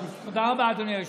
תודה רבה, אדוני היושב-ראש.